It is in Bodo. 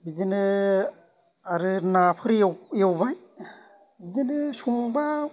बिदिनो आरो नाफोर एवबाय बिदिनो संबा